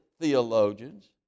theologians